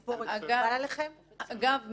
ציפורת, גלי,